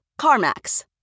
CarMax